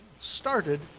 started